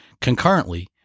Concurrently